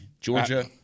Georgia